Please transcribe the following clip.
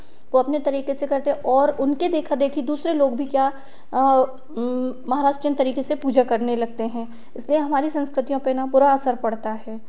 वे अपने तरीके से करते और उनके देखा देखी दूसरे लोग भी क्या महाराष्ट्रीयन तरीके से हमारी संस्कृतियों पर ना बुरा असर पड़ता है